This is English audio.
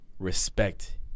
respect